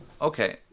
Okay